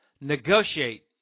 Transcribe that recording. negotiate